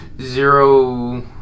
Zero